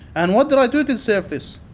and what did i do to deserve this?